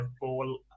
ball